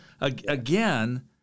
again